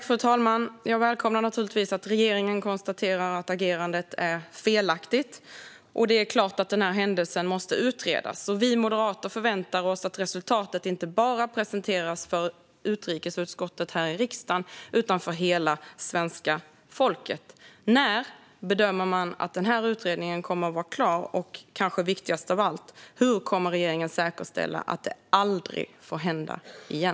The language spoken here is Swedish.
Fru talman! Jag välkomnar naturligtvis att regeringen konstaterar att agerandet är felaktigt. Det är klart att denna händelse måste utredas. Vi moderater förväntar oss att resultatet inte bara presenteras för utrikesutskottet här i riksdagen utan för hela svenska folket. När bedömer man att utredningen kommer att vara klar? Och, kanske viktigast av allt, hur kommer regeringen att säkerställa att det aldrig händer igen?